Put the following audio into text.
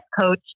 coach